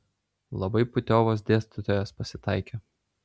labai putiovas dėstytojas pasitaikė